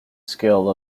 skill